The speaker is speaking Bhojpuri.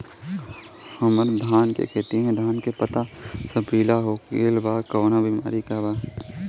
हमर धान के खेती में धान के पता सब पीला हो गेल बा कवनों बिमारी बा का?